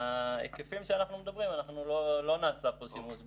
בהיקפים שאנחנו מדברים לא נעשה פה שימוש במנגנון.